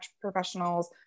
professionals